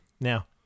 now